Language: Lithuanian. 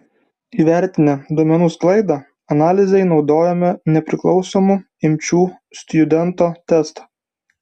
įvertinę duomenų sklaidą analizei naudojome nepriklausomų imčių stjudento testą